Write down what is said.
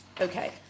Okay